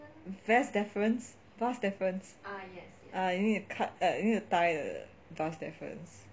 vas deferens vas deferens ah you need to cut you need to tie the vas deferens